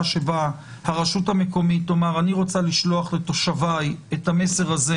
שבה הרשות המקומית תאמר: אני רוצה לשלוח לתושבי את המסר הזה